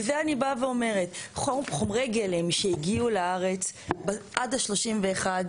בשביל זה אני באה ואומרת: חומרי גלם שהגיעו לארץ עד ה-31.